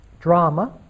drama